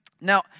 Now